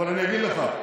אבל אני אגיד לך,